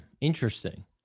Interesting